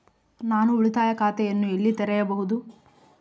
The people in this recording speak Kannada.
ನಾನು ಉಳಿತಾಯ ಖಾತೆಯನ್ನು ಎಲ್ಲಿ ತೆರೆಯಬಹುದು?